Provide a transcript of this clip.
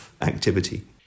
activity